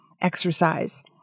exercise